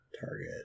Target